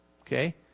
Okay